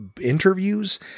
interviews